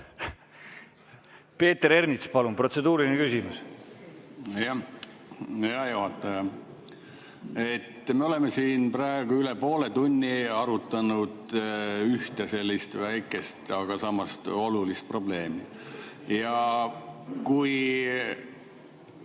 Peeter Ernits, palun! Protseduuriline küsimus.